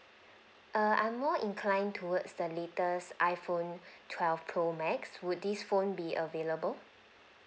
err I'm more inclined towards the latest iphone twelve pro max would this phone be available